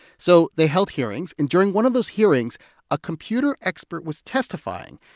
so they held hearings. and during one of those hearings a computer expert was testifying.